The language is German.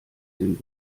dem